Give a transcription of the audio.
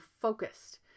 focused